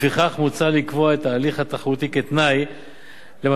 לפיכך מוצע לקבוע את ההליך התחרותי כתנאי למתן